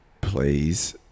please